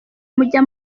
mujya